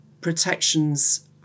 protections